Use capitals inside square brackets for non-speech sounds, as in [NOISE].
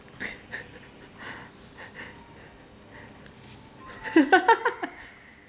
[LAUGHS]